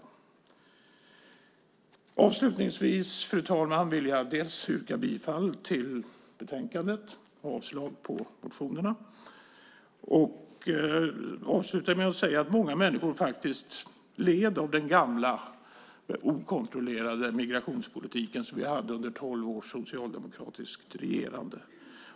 Fru talman! Jag vill avslutningsvis yrka bifall till utskottets förslag i betänkandet och avslag på motionerna. Många människor led av den gamla okontrollerade migrationspolitiken som vi hade under 12 år av socialdemokratiskt regerande.